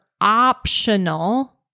optional